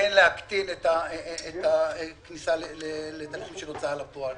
כן להקטין את הכניסה לתרחישים של הוצאה לפועל,